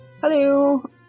Hello